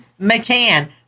McCann